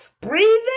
breathing